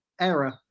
error